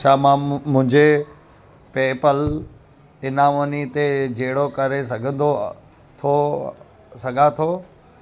छा मां मु मुंहिंजे पे पल इनामनी ते झेड़ो करे सघंदो थो सघां थो